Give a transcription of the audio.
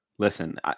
Listen